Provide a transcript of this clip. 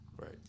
right